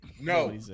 no